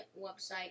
website